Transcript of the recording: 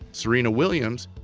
serena williams,